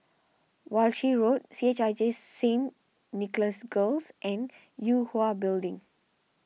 Walshe Road C H I J Saint Nicholas Girls and Yue Hwa Building